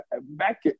back